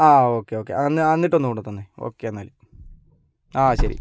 ആ okay okay ആ എന്നിട്ടൊന്ന് കൊണ്ടുത്തന്നെ ഒക്കെ എന്നാൽ ആ ശരി